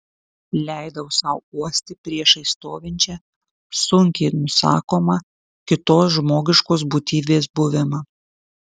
leidau sau uosti priešais stovinčią sunkiai nusakomą kitos žmogiškos būtybės buvimą